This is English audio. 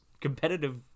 competitive